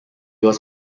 was